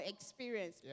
experience